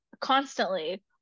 constantly